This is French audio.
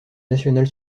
nationale